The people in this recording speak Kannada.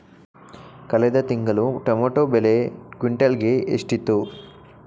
ಕಳೆದ ತಿಂಗಳು ಟೊಮ್ಯಾಟೋ ಬೆಲೆ ಕ್ವಿಂಟಾಲ್ ಗೆ ಎಷ್ಟಿತ್ತು?